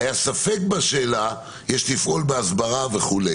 היה ספק בשאלה" --- "יש לפעול בהסברה" וכו'.